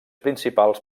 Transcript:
principals